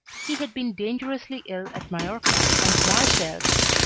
he had been dangerously ill at majorca and marseilles.